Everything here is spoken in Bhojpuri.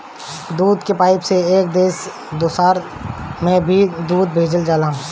दूध के पाइप से एक देश से दोसर देश में भी दूध भेजल जाला